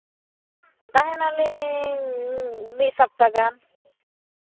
ᱛᱟᱦᱮᱱᱟᱞᱤᱧ ᱢᱤᱫ ᱥᱚᱯᱛᱟ ᱜᱟᱱ